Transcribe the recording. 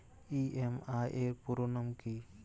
EMI এর পুরোনাম কী?